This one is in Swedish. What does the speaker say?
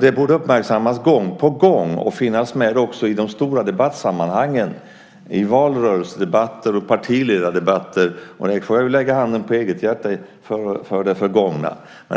Det borde uppmärksammas gång på gång och finnas med i de stora debattsammanhangen, i valrörelsedebatter och i partiledardebatter. Vi får lägga handen på hjärtat angående det förgångna.